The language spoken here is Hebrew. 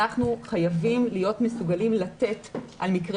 אנחנו חייבים להיות מסוגלים לתת על מקרי